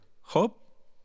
Hope